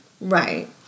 right